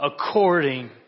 according